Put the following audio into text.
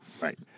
Right